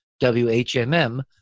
WHMM